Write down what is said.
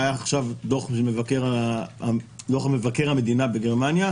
היה עכשיו דוח מבקר המדינה בגרמניה,